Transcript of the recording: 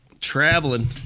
Traveling